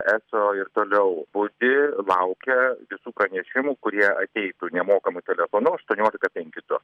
eso ir toliau budi laukia visų pranešimų kurie ateitų nemokamu telefonu aštuoniolika penki du